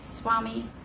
Swami